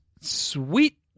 sweet